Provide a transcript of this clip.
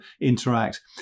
interact